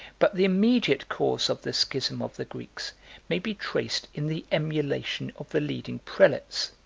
but the immediate cause of the schism of the greeks may be traced in the emulation of the leading prelates,